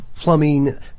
plumbing